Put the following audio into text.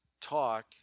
talk